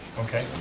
okay,